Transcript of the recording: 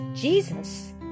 Jesus